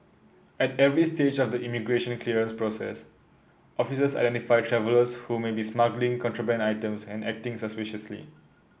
at every stage of the immigration clearance process officers identify travellers who may be smuggling contraband items and acting suspiciously